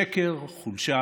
שקר, חולשה